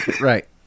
Right